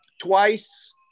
twice